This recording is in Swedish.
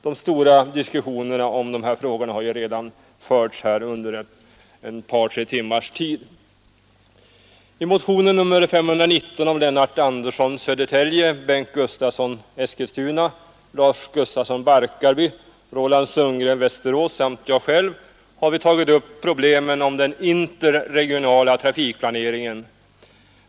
Den stora diskussionen om de trafikpolitiska frågorna har redan förts här under närmare tre timmar. I motionen 519 av Lennart Andersson i Södertälje, Bengt Gustavsson i Eskilstuna, Lars Gustafsson i Barkarby, Roland Sundgren i Västerås och mig själv har vi tagit upp problemen om den interregionala trafikplane ringen.